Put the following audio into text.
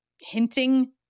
hinting